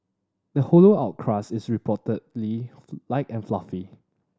the hollowed out crust is reportedly light and fluffy